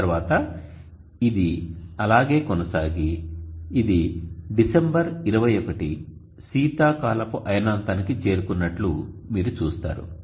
తరువాత ఇది అలాగే కొనసాగి ఇది డిసెంబర్ 21 శీతాకాలపు అయనాంతానికి చేరుకున్నట్లు మీరు చూస్తారు